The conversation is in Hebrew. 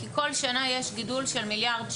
כי בכל שנה יש גידול של מיליארד,